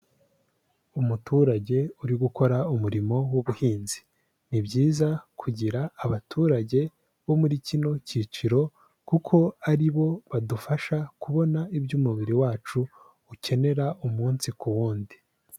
Umuturage uri gukora umurimo w'ubuhinzi, ni byiza kugira abaturage bo muri kino cyiciro kuko ari bo badufasha kubona ibyo umubiri wacu ukenera umunsi ku wundi.